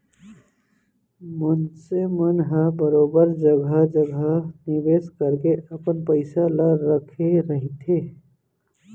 मनसे मन ह बरोबर जघा जघा निवेस करके अपन पइसा ल रखे रहिथे